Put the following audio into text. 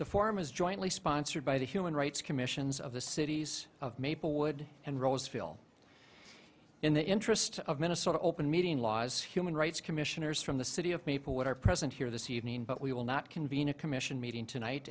the form is jointly sponsored by the human rights commissions of the cities of maplewood and roseville in the interest of minnesota open meeting laws human rights commissioners from the city of maplewood are present here this evening but we will not convene a commission meeting tonight